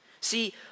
See